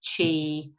chi